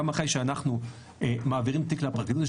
גם אחרי שאנחנו מעבירים תיק לפרקליטות יש